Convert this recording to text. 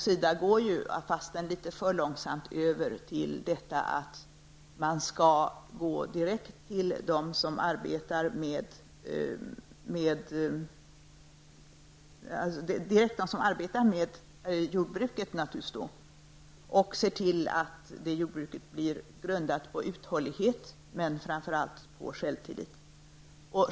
SIDA går ju också, fast litet för långsamt, över till ståndpunkten att man skall vända sig direkt till dem som arbetar i jordbruket. Man skall då se till att jordbruket grundas på uthållighet och framför allt på självtillit.